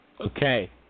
Okay